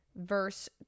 verse